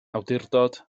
awdurdod